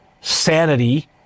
sanity